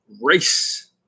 race